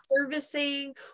servicing